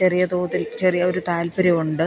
ചെറിയ തോതില് ചെറിയ ഒരു താല്പ്പര്യം ഉണ്ട്